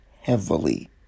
heavily